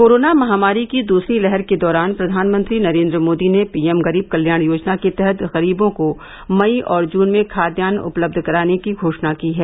corona महामारी की दूसरी लहर के दौरान प्रधानमंत्री नरेन्द्र मोदी ने पीएम गरीब कल्याण योजना के तहत गरीबों को मई और जून में खाद्यान उपलब्ध कराने की घोषणा की है